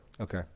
Okay